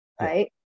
right